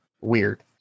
weird